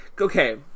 Okay